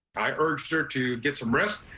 i urged her to get some rest.